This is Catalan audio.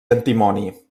antimoni